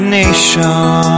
nation